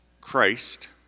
Christ